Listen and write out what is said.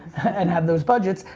and have those budgets,